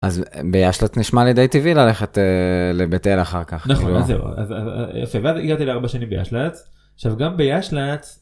אז בישל"צ נשמע לי די טבעי ללכת לבית אל אחר-כך. -נכון, זהו, אז יפה. ואז הגעתי לארבע שנים בישל"צ, עכשיו, גם בישל"צ.